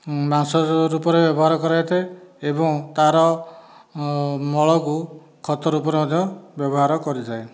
ମାଂସ ରୂପରେ ବ୍ୟବହାର କରାଯାଇଥାଏ ଏବଂ ତାର ମଳକୁ ଖତ ରୂପରେ ମଧ୍ୟ ବ୍ୟବହାର କରାଯାଏ